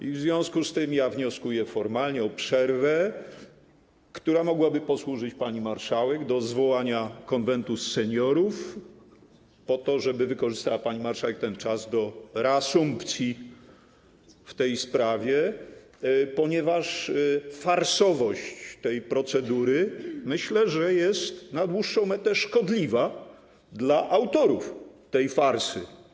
I w związku z tym ja wnioskuję formalnie o przerwę, która mogłaby posłużyć pani marszałek do zwołania Konwentu Seniorów po to, żeby wykorzystała pani marszałek ten czas do reasumpcji w tej sprawie, ponieważ farsowość tej procedury, myślę, jest na dłuższą metę szkodliwa dla autorów tej farsy.